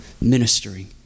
ministering